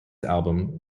album